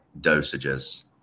dosages